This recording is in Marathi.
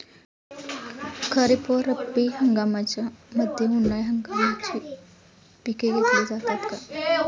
खरीप व रब्बी हंगामाच्या मध्ये उन्हाळी हंगामाची पिके घेतली जातात का?